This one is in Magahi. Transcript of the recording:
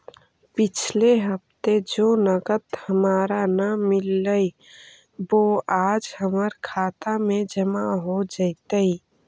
पिछले हफ्ते जो नकद हमारा न मिललइ वो आज हमर खता में जमा हो जतई